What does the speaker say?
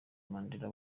mandela